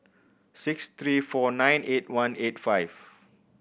six three four nine eight one eight five